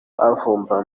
havumbuwe